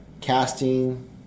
casting